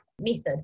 method